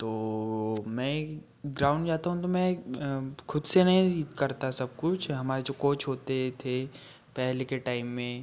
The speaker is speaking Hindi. तो मैं ग्राउंड जाता हूँ तो मैं खुद से नहीं करता सब कुछ हमारे जो कोच होते थे पहले के टाइम में